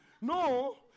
No